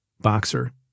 boxer